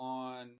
on